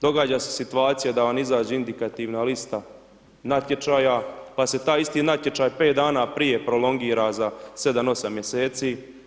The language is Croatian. Događa se situacija da vam izađe indikativna lista natječaja pa se taj isti natječaj 5 dana prije prolongira za 7, 8 mjeseci.